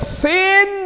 sin